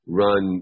run